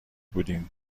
بودیم